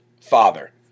father